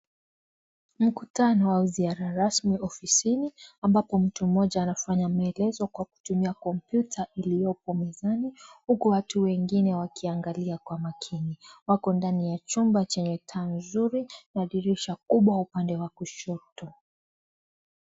Mkutano wa uziara rasmi ofisini ambapo mtu mmoja anafanya maelezo kwa kutumia kompyuta iliyopo mezani huku watu wengine wakiangalia kwa makini. Wako ndani ya chumba chenye taa nzuri na dirisha kubwa upande wa kushoto.